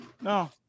No